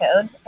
code